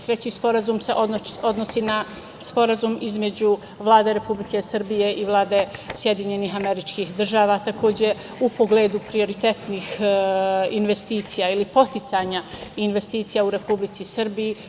Treći sporazum se odnosi na Sporazum između Vlade Republike Srbije i Vlade SAD, takođe, u pogledu prioritetnih investicija ili podsticanja investicija u Republici Srbije.